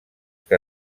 que